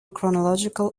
chronological